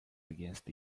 against